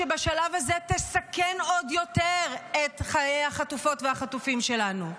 שבשלב הזה תסכן עוד יותר את חיי החטופות והחטופים שלנו.